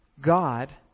God